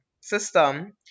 system